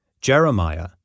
Jeremiah